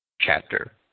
chapter